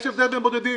יש הבדל בין בודדים.